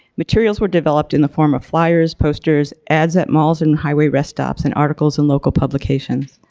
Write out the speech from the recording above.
materials were developed in the form of flyers, posters, ads at malls and highway rest stops and articles in local publications.